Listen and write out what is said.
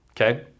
okay